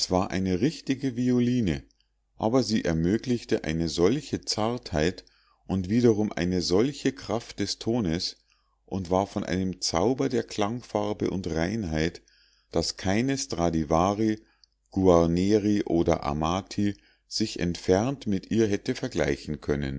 war eine richtige violine aber sie ermöglichte eine solche zartheit und wiederum eine solche kraft des tones und war von einem zauber der klangfarbe und reinheit daß keine stradivari guarneri oder amati sich entfernt mit ihr hätte vergleichen können